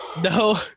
No